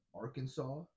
Arkansas